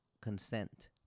consent